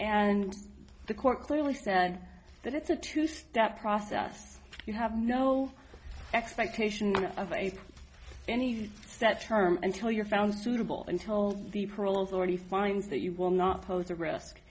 and the court clearly said that it's a two step process you have no expectation of a anything that term until you're found suitable until the proles already finds that you will not pose a risk